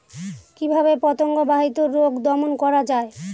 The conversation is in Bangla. কিভাবে পতঙ্গ বাহিত রোগ দমন করা যায়?